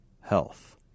health